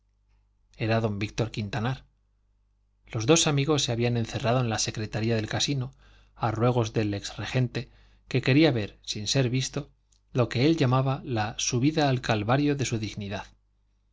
era don víctor quintanar los dos amigos se habían encerrado en la secretaría del casino a ruegos del ex regente que quería ver sin ser visto lo que él llamaba la subida al calvario de su dignidad